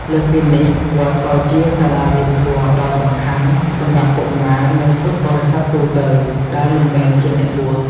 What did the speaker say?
លើសពីនេះ វត្តក៏ជា សាលារៀនធម៌ដ៏សំខាន់ សម្រាប់កុមារ និងពុទ្ធបរិស័ទទូទៅ ដែលមិនមែនជាអ្នកបួស។